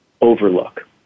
overlook